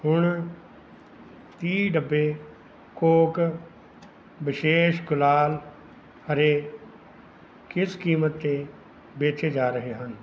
ਹੁਣ ਤੀਹ ਡੱਬੇ ਕੌਕ ਵਿਸ਼ੇਸ਼ ਗੁਲਾਲ ਹਰੇ ਕਿਸ ਕੀਮਤ 'ਤੇ ਵੇਚੇ ਜਾ ਰਹੇ ਹਨ